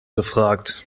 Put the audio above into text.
gefragt